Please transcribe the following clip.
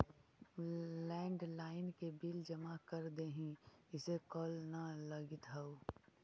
landline के bill जमा कर देहीं, इसे कॉल न लगित हउ